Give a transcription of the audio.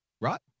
right